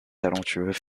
talentueux